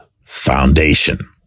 foundation